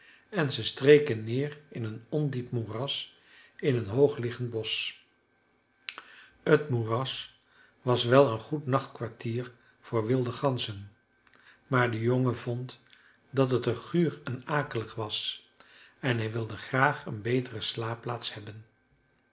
en ze streken neer in een ondiep moeras in een hoogliggend bosch t moeras was wel een goed nachtkwartier voor wilde ganzen maar de jongen vond dat het er guur en akelig was en hij wilde graag een betere slaapplaats hebben